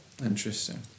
Interesting